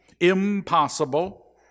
impossible